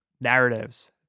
narratives